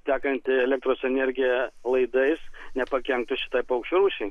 tekanti elektros energija laidais nepakenktų šitai paukščių rūšiai